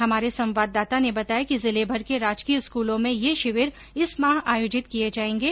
हमारे संवाददाता ने बताया कि जिलेभर के राजकीय स्कूलों में ये शिविर इस माह आयोजित किये जायेंगे